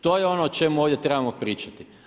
To je ono o čemu ovdje trebamo pričati.